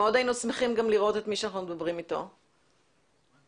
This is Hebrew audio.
שאת תקפידי וממש תלכי עד הסוף בנושא הכול חך חשוב הזה.